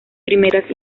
primeras